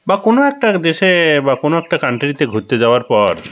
বা কোনো একটা দেশে বা কোনো একটা কান্ট্রিতে ঘুরতে যাওয়ার পর